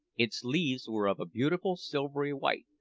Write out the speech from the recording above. its leaves were of a beautiful silvery white,